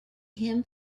him